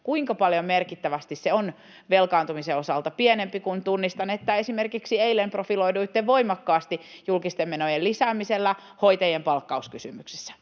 kuinka merkittävän paljon se on velkaantumisen osalta pienempi, kun tunnistan, että esimerkiksi eilen profiloiduitte voimakkaasti julkisten menojen lisäämisellä hoitajien palkkauskysymyksessä.